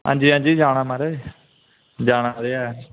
आजी आंजी जाना माराज जाना ते ऐ